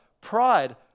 Pride